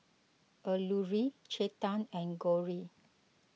Alluri Chetan and Gauri